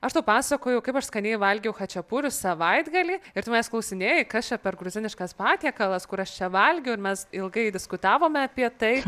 aš tau pasakojau kaip aš skaniai valgiau chačiapurius savaitgalį ir tu manes klausinėjai kas čia per gruziniškas patiekalas kur aš čia valgiau ir mes ilgai diskutavome apie tai